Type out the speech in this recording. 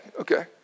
Okay